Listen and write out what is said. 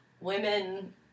women